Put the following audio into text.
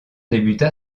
débuta